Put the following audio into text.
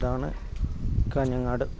ഇതാണ് കാഞ്ഞങ്ങാട്